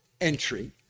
entry